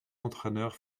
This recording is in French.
entraîneur